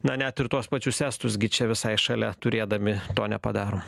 na net ir tuos pačius estus gi čia visai šalia turėdami to nepadarom